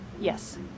Yes